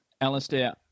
Alistair